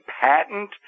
patent